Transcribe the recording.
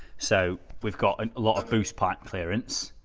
so we've got a lot of boost pipe clearance.